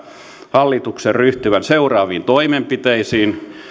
hallituksen ryhtyvän toimenpiteisiin